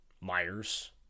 Myers